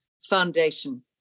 Foundation